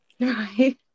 right